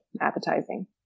appetizing